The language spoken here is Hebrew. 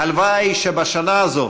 הלוואי שבשנה הזאת